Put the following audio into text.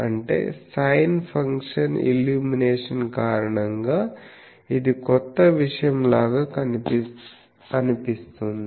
అంటే sine function illumination కారణంగా ఇది కొత్త విషయం లాగా అనిపిస్తుంది